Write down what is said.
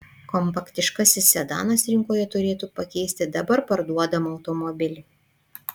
kompaktiškasis sedanas rinkoje turėtų pakeisti dabar parduodamą automobilį